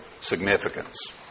significance